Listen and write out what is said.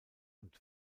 und